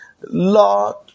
Lord